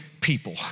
people